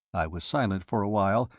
i was silent for a while,